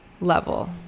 level